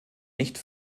nicht